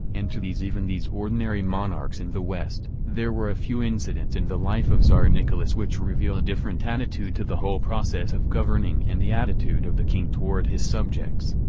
and to these even these ordinary monarchs in the west. there were a few incidents in the life of tsar nicholas which reveal a different attitude to the whole process of governing and the attitude of the king toward his subjects.